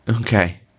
Okay